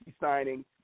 signing